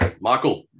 Michael